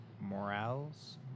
Morales